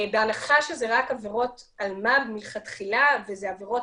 בהנחה שזה רק עבירות אלמ"ב מלכתחילה וזה עבירות